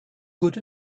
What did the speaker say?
good